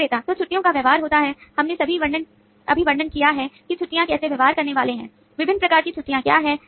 विक्रेता तो छुट्टियो का व्यवहार होता है हमने अभी वर्णन किया है कि छुट्टियां कैसे व्यवहार करने वाले हैं विभिन्न प्रकार के छुट्टियां क्या हैं